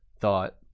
thought